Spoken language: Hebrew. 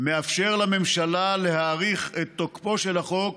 מאפשר לממשלה להאריך את תוקפו של החוק